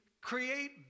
create